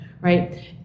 right